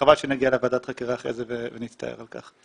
וחבל שנגיע לוועדת חקירה אחרי זה ונצטער על כך.